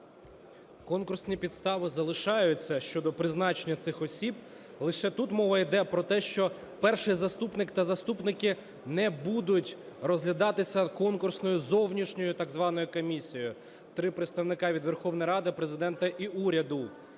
Конкурсні підстави залишаються щодо призначення цих осіб. Лише тут мова йде про те, що перший заступник та заступники не будуть розглядатися конкурсною зовнішньою так званою комісією: 3 представника від Верховної Ради, Президента і уряду.